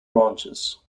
branches